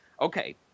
Okay